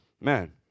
Man